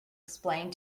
explained